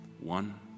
One